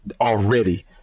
already